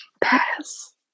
Pass